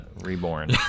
reborn